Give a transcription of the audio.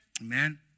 Amen